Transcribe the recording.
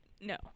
No